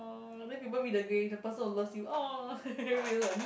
oh then people meet the gay the person who loves you oh which is like me